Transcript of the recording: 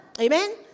Amen